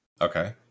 Okay